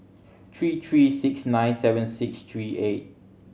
three three six nine seven six three eight